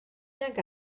nag